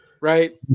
Right